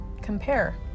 compare